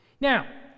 Now